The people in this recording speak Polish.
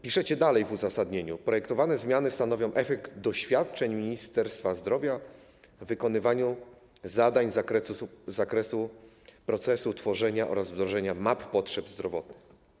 Piszecie dalej w uzasadnieniu: projektowane zmiany stanowią efekt doświadczeń Ministerstwa Zdrowia w wykonywaniu zadań z zakresu procesu tworzenia oraz wdrożenia map potrzeb zdrowotnych.